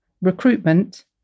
recruitment